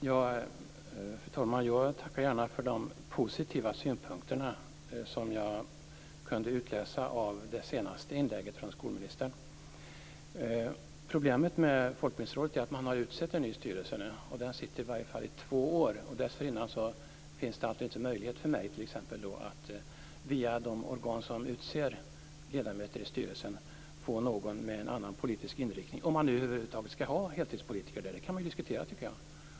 Fru talman! Jag tackar gärna för de positiva synpunkterna som jag kunde utläsa av det senaste inlägget från skolministern. Problemet med Folkbildningsrådet är att en ny styrelse har utsetts, och den skall sitta i två år. Dessförinnan finns det inte någon möjlighet för mig att via de organ som utser ledamöter i styrelsen få med någon med en annan politisk inriktning. Frågan är om det nu skall vara heltidspolitiker. Det kan diskuteras.